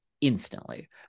instantly